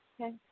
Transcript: okay